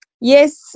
yes